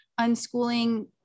unschooling